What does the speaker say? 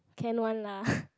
can one lah